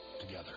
together